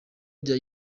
rya